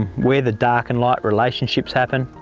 where the dark and light relationships happen.